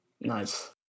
Nice